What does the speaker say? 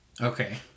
Okay